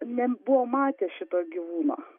nebuvo matę šito gyvūno